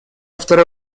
второй